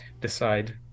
decide